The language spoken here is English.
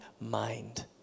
mind